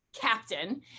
captain